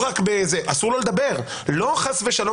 אסור לו לדבר ולא חס ושלום